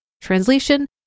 Translation